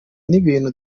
n’ibintu